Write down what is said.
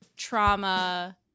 trauma